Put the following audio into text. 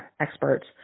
experts